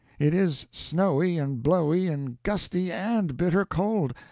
it is snowy, and blowy, and gusty, and bitter cold!